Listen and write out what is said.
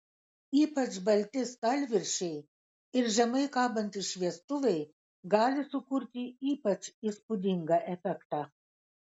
ypač balti stalviršiai ir žemai kabantys šviestuvai gali sukurti ypač įspūdingą efektą